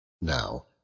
Now